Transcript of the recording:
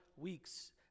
weeks